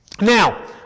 Now